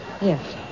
Yes